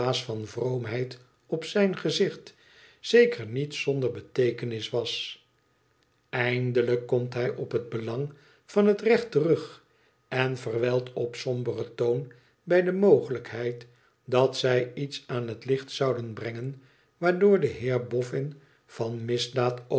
van vroomheid op zijn gezicht zeker niet zonder beteekenis was eindelijk komt hij op het belang van het recht terug en verwijlt op somberen toon bij de mogelijkheid dat zij iets aan het ticht zouden brengen waardoor de heer bofïin van misdaad